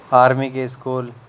army کے school